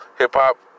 hip-hop